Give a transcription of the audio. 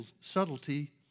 subtlety